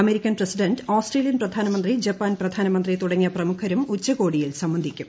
American president Australian പ്രധാനമന്ത്രി Japan പ്രധാനമന്ത്രി തുടങ്ങിയ പ്രമുഖരും ഉച്ചുകോടിയിൽ സംബന്ധിക്കും